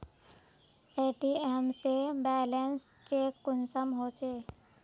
ATM से balance check कुंसम होचे?